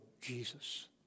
Jesus